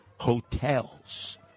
Hotels